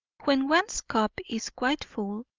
when one's cup is quite full,